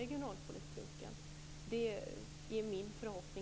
Det är min förhoppning.